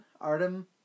Artem